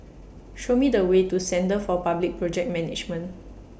Show Me The Way to Centre For Public Project Management